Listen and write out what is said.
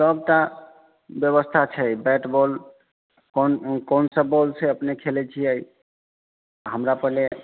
सभटा व्यवस्था छै बैट बॉल कोन कोनसँ बॉलसँ अपने खेलै छिये हमरा पहले